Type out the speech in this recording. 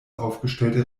aufgestellte